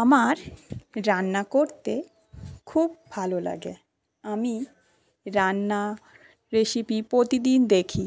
আমার রান্না করতে খুব ভালো লাগে আমি রান্না রেসিপি প্রতিদিন দেখি